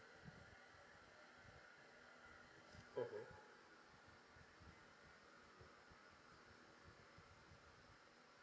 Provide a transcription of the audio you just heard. mmhmm